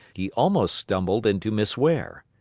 he almost stumbled into miss ware.